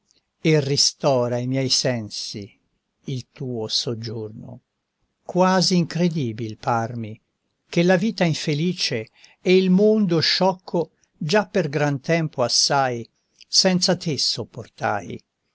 e ristora i miei sensi il tuo soggiorno quasi incredibil parmi che la vita infelice e il mondo sciocco già per gran tempo assai senza te sopportai